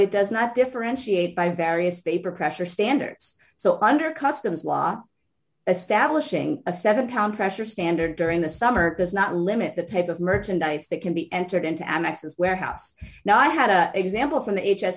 it does not differentiate by various vapor pressure standards so under customs law a stablish ing a seven pound pressure standard during the summer does not limit the type of merchandise that can be entered into amex's warehouse now i had an example from the h s